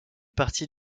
parti